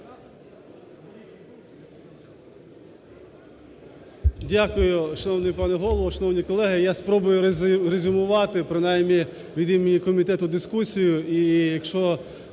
Дякую. Шановний пане Голово, шановні колеги, я спробую резюмувати, принаймні, від імені комітету дискусію